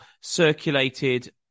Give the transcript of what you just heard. circulated